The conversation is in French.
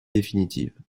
définitive